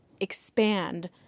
expand